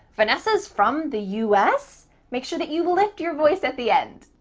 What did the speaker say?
vanessa's from the us? make sure that you lift your voice at the end.